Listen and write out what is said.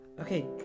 Okay